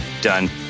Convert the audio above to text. done